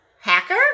Hacker